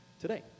today